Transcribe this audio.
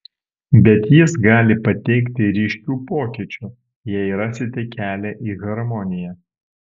bet jis gali pateikti ryškių pokyčių jei rasite kelią į harmoniją